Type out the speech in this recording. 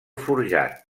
forjat